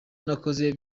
nakoze